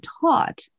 taught